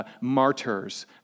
martyrs